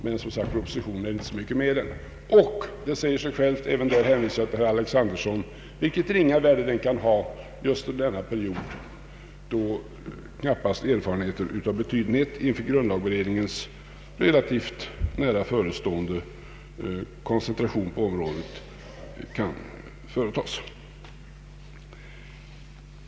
Det säger sig självt — även därvidlag hänvisar jag till herr Alexanderson — vilket ringa värde försöksverksamhet kan ha just under denna period, då knappast erfarenheter av betydelse inför grundlagberedningens relativt nära förestående koncentration på området kan vinnas.